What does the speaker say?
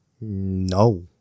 No